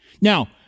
Now